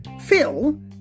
Phil